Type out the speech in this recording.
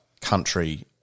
country